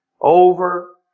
Over